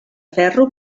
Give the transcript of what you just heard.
ferro